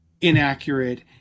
inaccurate